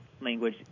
language